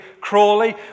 Crawley